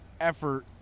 effort